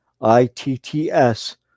I-T-T-S